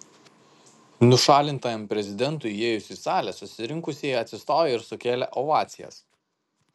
nušalintajam prezidentui įėjus į salę susirinkusieji atsistojo ir sukėlė ovacijas